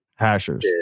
hashers